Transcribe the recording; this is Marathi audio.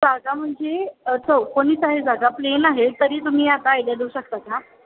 जागा म्हणजे चौकोनीच आहे जागा प्लेन आहे तरी तुम्ही आता आयडिया देऊ शकता का